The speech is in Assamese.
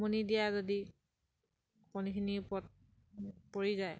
উমনি দিয়া যদি কণীখিনিৰ ওপৰত পৰি যায়